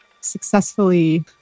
successfully